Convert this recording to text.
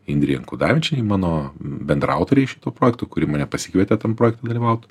indrei ankudavičienei mano bendraautorei šituo projektu kuri mane pasikvietė tam projekte dalyvaut